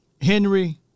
Henry